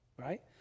right